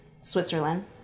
Switzerland